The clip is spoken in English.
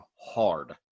hard